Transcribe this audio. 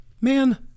man